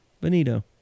Benito